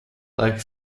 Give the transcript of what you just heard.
like